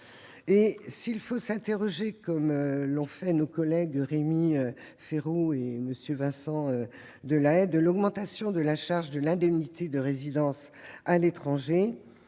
S'il faut s'interroger, comme l'ont fait nos collègues Rémi Féraud et Vincent Delahaye sur l'augmentation de la charge de l'indemnité de résidence à l'étranger,